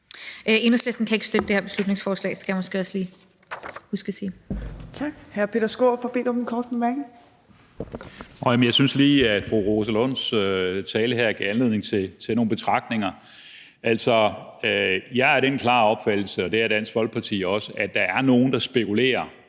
Jeg synes, at fru Rosa Lunds tale gav anledning til nogle betragtninger. Jeg er af den klare opfattelse, og det er Dansk Folkeparti også, at der er nogle, der spekulerer